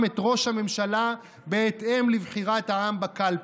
את ראש הממשלה בהתאם לבחירת העם בקלפי,